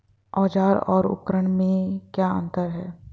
औज़ार और उपकरण में क्या अंतर है?